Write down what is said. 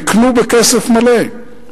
נקנו בכסף מלא.